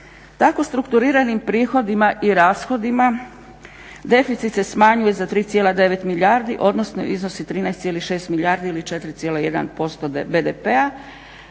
Tako strukturiranim prihodima i rashodima deficit se smanjuje za 3,9 milijardi, odnosno iznosi 13,6 milijardi ili 4,1% BDP-a,